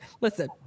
listen